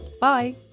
Bye